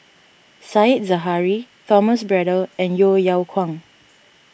Said Zahari Thomas Braddell and Yeo Yeow Kwang